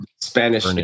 Spanish